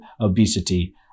obesity